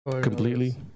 completely